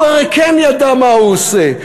הוא הרי כן ידע מה הוא עושה.